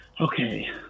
Okay